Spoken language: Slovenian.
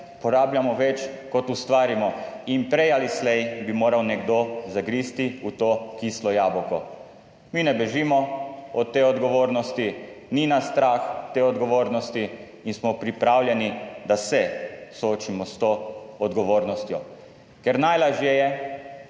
porabljamo več, kot ustvarimo. Prej ali slej bi moral nekdo zagristi v to kislo jabolko. Mi ne bežimo od te odgovornosti, ni nas strah te odgovornosti in smo pripravljeni, da se soočimo s to odgovornostjo, ker najlažje je,